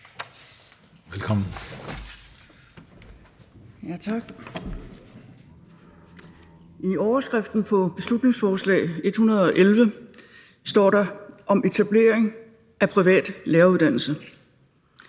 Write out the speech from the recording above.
Jelved (RV): Tak. I overskriften på beslutningsforslag B 111 står: om etablering af privat læreruddannelse.